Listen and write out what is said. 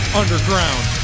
underground